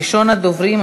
ראשון הדוברים,